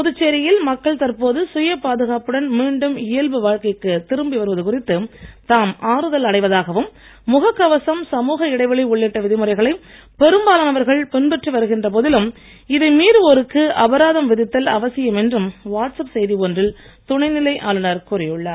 புதுச்சேரியில் மக்கள் தற்போது சுய பாதுகாப்புடன் மீண்டும் இயல்பு வாழ்க்கைக்கு திரும்பி வருவது குறித்து தாம் ஆறுதல் அடைவதாகவும் முகக் கவசம் சமூக இடைவெளி உள்ளிட்ட விதிமுறைகளை பெரும்பாலானவர்கள் பின்பற்றி வருகின்ற போதிலும் இதை மீறுவோருக்கு அபராதம் விதித்தல் அவசியம் என்றும் வாட்ஸ் ஆப் செய்தி ஒன்றில் துணைநிலை கூறியுள்ளார்